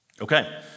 Okay